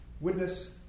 witness